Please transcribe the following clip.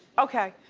okay,